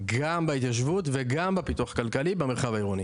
גם בהתיישבות וגם בפיתוח הכלכלי במרחב העירוני.